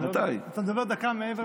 אתה מדבר דקה מעבר.